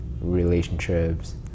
relationships